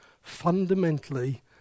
fundamentally